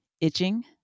itching